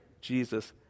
Jesus